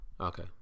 Okay